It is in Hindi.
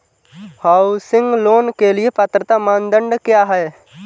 हाउसिंग लोंन के लिए पात्रता मानदंड क्या हैं?